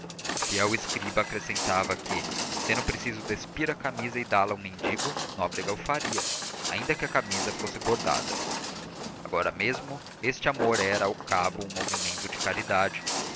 o fiel escriba acrescentava que sendo preciso despir a camisa e dá-la a um mendigo nóbrega o faria ainda que a camisa fosse bordada agora mesmo este amor era ao cabo um movimento de caridade